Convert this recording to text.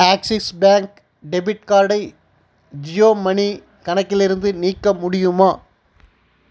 axis bank debit கார்ட்டை Jio money கணக்கிலிருந்து நீக்க முடியுமா